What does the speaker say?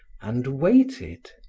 and waited.